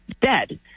dead